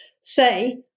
say